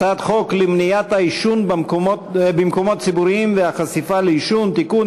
הצעת חוק למניעת העישון במקומות ציבוריים והחשיפה לעישון (תיקון,